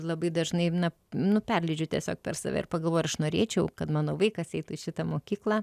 labai dažnai na nu perleidžiu tiesiog per save ir pagalvojau aš norėčiau kad mano vaikas eitų į šitą mokyklą